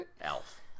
Elf